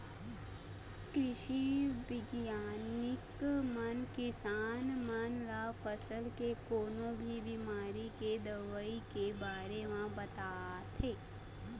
कृषि बिग्यानिक मन किसान मन ल फसल के कोनो भी बिमारी के दवई के बारे म बताथे